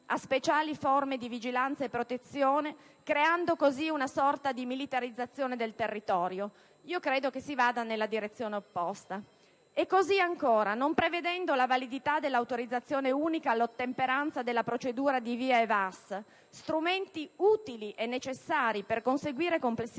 a speciali forme di vigilanza e di protezione, creando così una sorta di militarizzazione del territorio? Credo che in tal modo si vada nella direzione opposta. Anche non prevedendo la validità della autorizzazione unica all'ottemperanza della procedure di VIA e VAS, strumenti utili e necessari per conseguire complessivamente